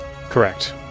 Correct